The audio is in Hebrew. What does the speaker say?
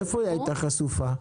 איפה היא הייתה חשופה?